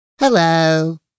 Hello